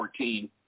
2014